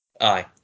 Aye